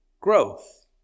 growth